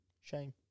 Shame